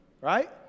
right